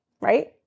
right